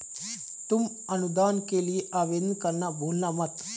तुम अनुदान के लिए आवेदन करना भूलना मत